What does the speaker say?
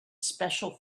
special